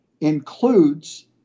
includes